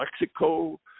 Mexico